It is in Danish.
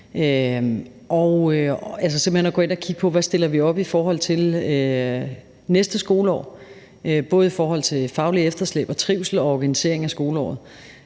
i nat, altså at gå ind at kigge på, hvad vi stiller op i forhold til næste skoleår, både i forhold til fagligt efterslæb og trivsel og organisering af skoleåret.